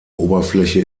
oberfläche